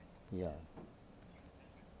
ya